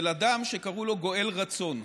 של אדם שקראו לו גואל רצון.